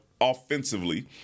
Offensively